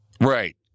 Right